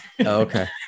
Okay